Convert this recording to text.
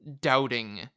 doubting